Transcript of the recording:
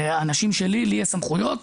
לי יש סמכויות,